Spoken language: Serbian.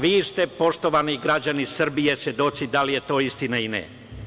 Vi ste, poštovani građani Srbije, svedoci da li je to istina ili ne.